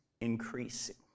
increasing